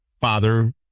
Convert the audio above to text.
father